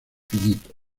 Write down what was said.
finito